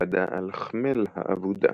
הבלדה על ח'מל האבודה